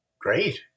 Great